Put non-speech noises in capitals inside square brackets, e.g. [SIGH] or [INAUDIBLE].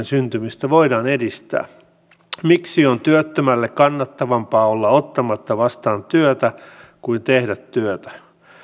[UNINTELLIGIBLE] syntymistä voidaan edistää miksi on työttömälle kannattavampaa olla ottamatta vastaan työtä kuin tehdä työtä